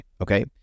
Okay